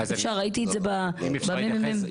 ראיתי את זה בממ"מ.